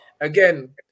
again